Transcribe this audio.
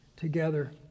together